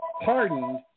Pardoned